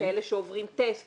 כאלה שעוברים טסט